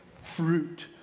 fruit